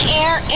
air